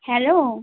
hello